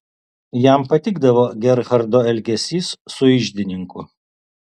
jam patikdavo gerhardo elgesys su iždininku